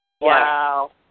Wow